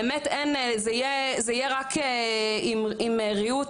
באמת אין זה יהיה רק עם ריהוט,